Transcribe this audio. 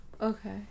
Okay